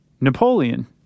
Napoleon